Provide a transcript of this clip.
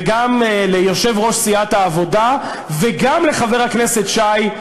וגם ליושב-ראש סיעת העבודה וגם לחבר הכנסת שי,